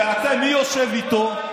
ומי יושב איתו?